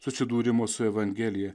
susidūrimo su evangelija